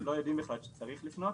לא יודעים בכלל שצריך לפנות,